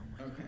Okay